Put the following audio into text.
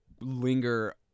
linger